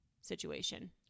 situation